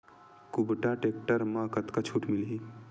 कुबटा टेक्टर म कतका छूट मिलही?